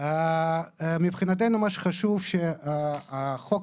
מבחינתנו מה שחשוב שהחוק